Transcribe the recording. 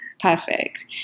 Perfect